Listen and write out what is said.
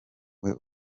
wowe